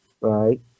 right